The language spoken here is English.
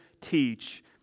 teach